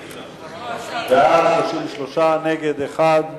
בעד, 33, נגד, 1,